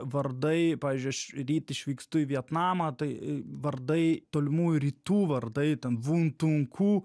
vardai pavyzdžiui aš ryt išvykstu į vietnamą tai vardai tolimųjų rytų vardai ten vun tun ku